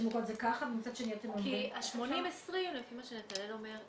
מוכות זה ככה ומצד שני אתם אומרים -- כי ה-80/20 לפי מה שנתנאל אומר,